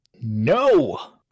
No